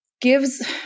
gives